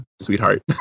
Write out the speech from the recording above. sweetheart